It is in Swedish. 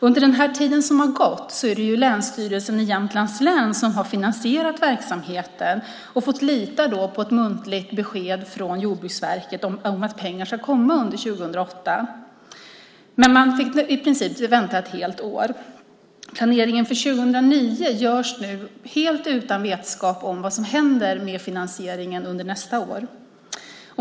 Under den tid som har gått är det Länsstyrelsen i Jämtlands län som har finansierat verksamheten och fått lita på ett muntligt besked från Jordbruksverket om att pengar ska komma under 2008. Men man fick i princip vänta ett helt år. Planeringen för 2009 görs nu helt utan vetskap om vad som händer med finansieringen under nästa år.